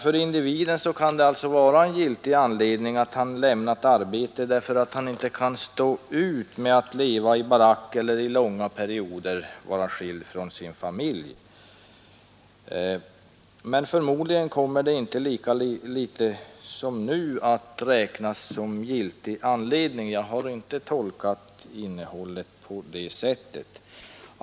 För individen kan det alltså framstå som en giltig anledning att han lämnat arbetet därför att han inte stått ut med att leva i en barack eller att under långa perioder vara skild från sin familj, men förmodligen kommer det inte i framtiden — lika litet som nu — att räknas som giltig anledning. Jag har i varje fall inte tolkat innehållet på det sättet.